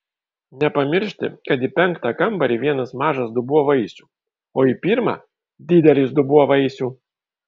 nepamiršti kad į penktą kambarį vienas mažas dubuo vaisių o į pirmą didelis dubuo vaisių